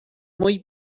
muy